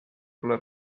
pole